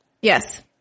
Yes